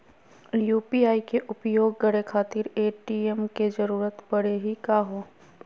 UPI के उपयोग करे खातीर ए.टी.एम के जरुरत परेही का हो?